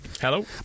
Hello